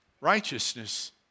Righteousness